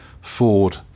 Ford